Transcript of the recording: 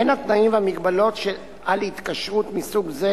בין התנאים והמגבלות על התקשרות מסוג זה